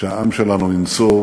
שהעם שלנו ינצור